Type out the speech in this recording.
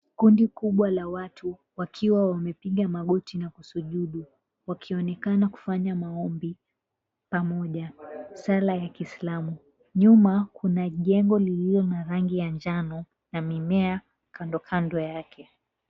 Kundi kubwa la watu wakiwa wamepiga magoti na kusujudu, wakionekana kufanya maombi pamoja, sala ya kiislamu. Nyuma kuna jengo lililo na rangi ya njano na mimea kandokando yake.